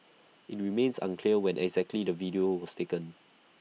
IT remains unclear when exactly the video was taken